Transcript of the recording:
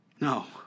No